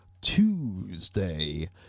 Tuesday